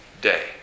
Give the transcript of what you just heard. day